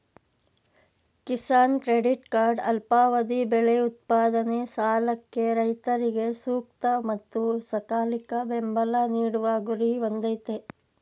Kisan credit card ಅಲ್ಪಾವಧಿ ಬೆಳೆ ಉತ್ಪಾದನೆ ಸಾಲಕ್ಕೆ ರೈತರಿಗೆ ಸೂಕ್ತ ಮತ್ತು ಸಕಾಲಿಕ ಬೆಂಬಲ ನೀಡುವ ಗುರಿ ಹೊಂದಯ್ತೆ